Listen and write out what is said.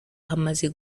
hamaze